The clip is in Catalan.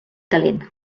calent